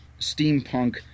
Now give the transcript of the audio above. steampunk